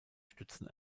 stützen